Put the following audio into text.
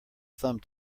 thumb